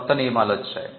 కొత్త నియమాలు వచ్చాయి